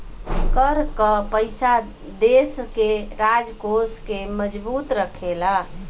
कर कअ पईसा देस के राजकोष के मजबूत रखेला